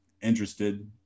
interested